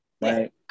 right